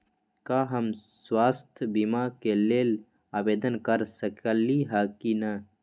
का हम स्वास्थ्य बीमा के लेल आवेदन कर सकली ह की न?